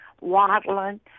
waddling